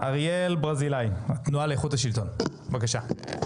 אריאל ברזילי, התנועה לאיכות השלטון, בבקשה.